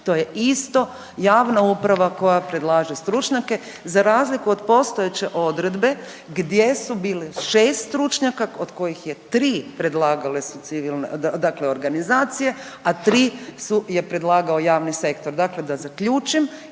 to je isto javna uprava koja predlaže stručnjake, za razliku od postojeće odredbe gdje su bili 6 stručnjaka, od kojih je 3 predlagale su civilne, dakle organizacije, a 3 je predlagao javni sektor. Dakle, da zaključim,